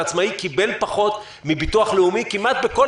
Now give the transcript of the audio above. עצמאי קיבל פחות מביטוח לאומי כמעט בכל